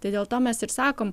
tai dėl to mes ir sakom